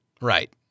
Right